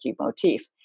motif